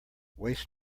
waste